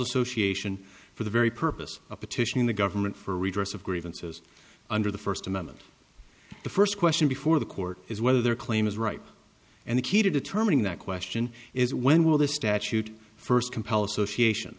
association for the very purpose of petitioning the government for redress of grievances under the first amendment the first question before the court is whether their claim is right and the key to determining that question is when will the statute first compel association